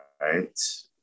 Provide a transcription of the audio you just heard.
right